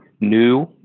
new